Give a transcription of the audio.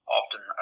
often